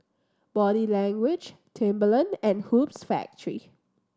Body Language Timberland and Hoops Factory